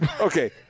Okay